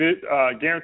guarantee